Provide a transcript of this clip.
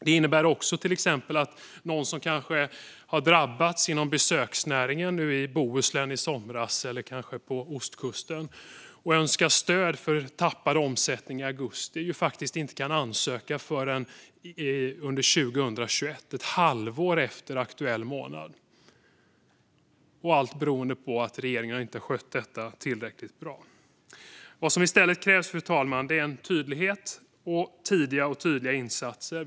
Det innebär också att till exempel någon inom besöksnäringen som i somras drabbades i Bohuslän eller på ostkusten och önskar stöd för tappad omsättning i augusti inte kan ansöka om det förrän under 2021, det vill säga ett halvår efter aktuell månad. Allt beror på att regeringen inte har skött detta tillräckligt bra. Vad som i stället krävs, fru talman, är en tydlighet och tidiga och tydliga insatser.